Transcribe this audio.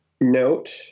note